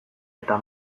eta